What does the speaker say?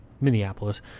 Minneapolis